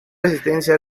resistencia